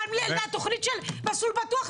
התוכנית של מסלול בטוח,